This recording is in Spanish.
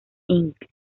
inc